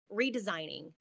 redesigning